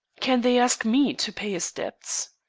can they ask me to pay his debts?